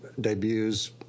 debuts